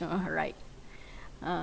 (uh huh) right uh